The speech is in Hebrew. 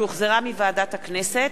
שהחזירה ועדת הכנסת,